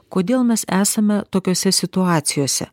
kodėl mes esame tokiose situacijose